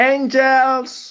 Angels